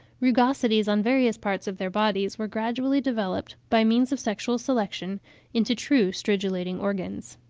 rugosities on various parts of their bodies were gradually developed by means of sexual selection into true stridulating organs.